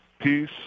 peace